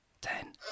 Ten